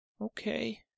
Okay